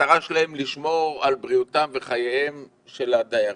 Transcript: המטרה שלהם לשמור על בריאותם וחייהם של הדיירים,